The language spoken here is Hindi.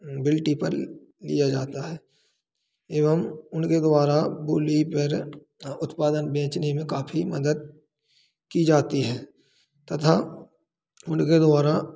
बिल्टी पर लिया जाता है एवं उनके द्वारा बोली पर उत्पादन बेचने में काफी मदद की जाती है तथा उनके द्वारा